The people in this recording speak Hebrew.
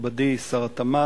מכובדי שר התמ"ת,